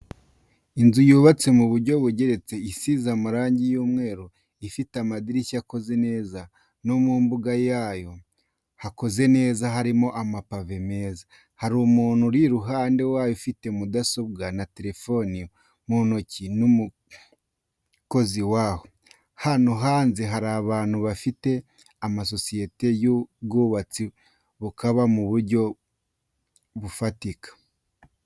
Inzu yubatse mu buryo bugeretse isize amarangi y'umweru, ifite amadirishya akoze neza no mu mbuga yayo hakoze neza harimo amapave meza, hari umuntu uri iruhande rwayo ufite mudasobwa na terefoni mu ntoki n'umukozi waho. Hano hanze hari abantu bafite amasosiyete y'ubwubatsi bubaka mu buryo bufatika.